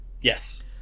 Yes